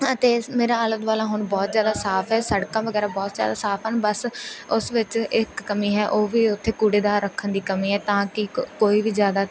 ਅਤੇ ਮੇਰਾ ਆਲਾ ਦੁਆਲਾ ਹੁਣ ਬਹੁਤ ਜ਼ਿਆਦਾ ਸਾਫ਼ ਹੈ ਸੜਕਾਂ ਵਗੈਰਾ ਬਹੁਤ ਜ਼ਿਆਦਾ ਸਾਫ਼ ਹਨ ਬਸ ਉਸ ਵਿੱਚ ਇੱਕ ਕਮੀ ਹੈ ਉਹ ਵੀ ਉੱਥੇ ਕੂੜੇਦਾਰ ਰੱਖਣ ਦੀ ਕਮੀ ਹੈ ਤਾਂ ਕਿ ਕ ਕੋਈ ਵੀ ਜ਼ਿਆਦਾ